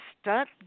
stunt